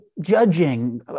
judging